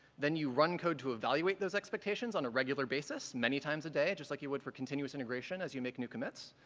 then you run code to evaluate those expectations on a regular basis, many times a day, just like you would for continuous integration as you make new commits.